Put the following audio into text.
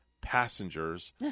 passengers